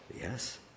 Yes